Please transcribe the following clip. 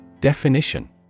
Definition